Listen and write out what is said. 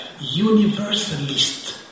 universalist